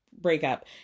breakup